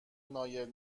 نایل